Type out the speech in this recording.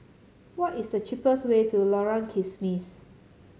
what is the cheapest way to Lorong Kismis